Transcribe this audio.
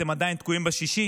אתם עדיין תקועים ב-6,